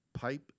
Pipe